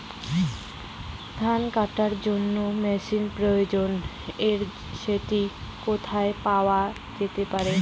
ধান কাটার জন্য কোন মেশিনের প্রয়োজন এবং সেটি কোথায় পাওয়া যেতে পারে?